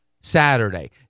Saturday